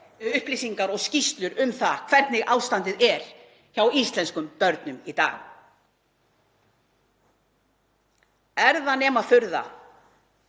upplýsingar og skýrslur um það hvernig ástandið er hjá íslenskum börnum í dag. Er nema furða